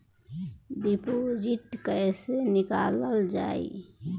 Deposit कैसे निकालल जाइ?